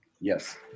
Yes